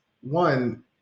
One